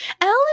Ellen